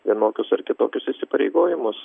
vienokius ar kitokius įsipareigojimus